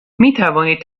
میتوانید